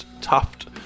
Tuft